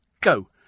go